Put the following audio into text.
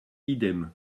idem